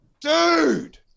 Dude